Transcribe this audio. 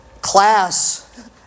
class